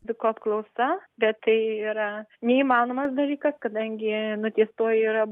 likau apklausa bet tai yra neįmanomas dalykas kadangi nuteistoji yra